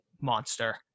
monster